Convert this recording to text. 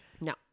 No